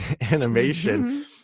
animation